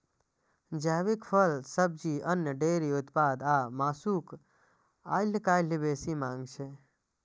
जैविक फल, सब्जी, अन्न, डेयरी उत्पाद आ मासुक आइकाल्हि बेसी मांग छै